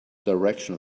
direction